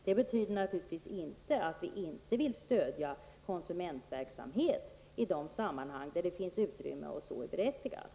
Det betyder naturligtvis inte att vi inte vill stödja konsumentverksamhet i de sammanhang där det finns utrymme för det och där det är berättigat.